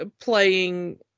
playing